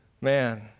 Man